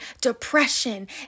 depression